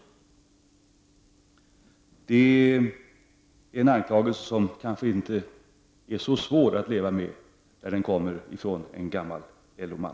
Det är en anklagelse som kanske inte är så svår att leva med, när den kommer från en gammal LO-man.